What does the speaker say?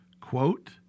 quote